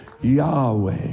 Yahweh